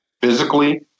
physically